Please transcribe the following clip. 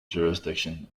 jurisdiction